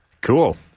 Cool